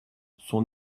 son